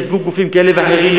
וייצגו גופים כאלה ואחרים,